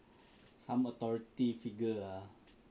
some authority figure ah